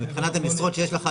המשרות שיש לך,